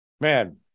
Man